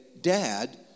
Dad